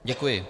Děkuji.